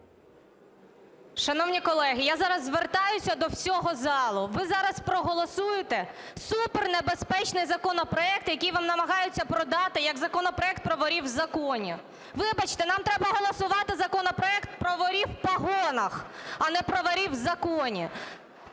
Шановні колеги, я зараз звертаюсь до всього залу: ви зараз проголосуєте супер небезпечний законопроект, який вам намагаються продати як законопроект про "ворів в законі". Вибачте, нам треба голосувати про законопроект про ворів в погонах, а не про "ворів в законі".